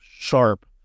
sharp